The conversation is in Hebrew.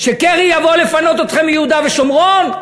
שקרי יבוא לפנות אתכם מיהודה ושומרון,